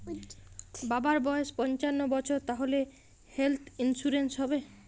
বাবার বয়স পঞ্চান্ন বছর তাহলে হেল্থ ইন্সুরেন্স হবে?